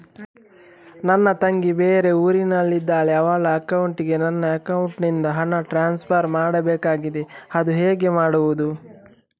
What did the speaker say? ನನ್ನ ತಂಗಿ ಬೇರೆ ಊರಿನಲ್ಲಿದಾಳೆ, ಅವಳ ಅಕೌಂಟಿಗೆ ನನ್ನ ಅಕೌಂಟಿನಿಂದ ಹಣ ಟ್ರಾನ್ಸ್ಫರ್ ಮಾಡ್ಬೇಕಾಗಿದೆ, ಅದು ಹೇಗೆ ಮಾಡುವುದು?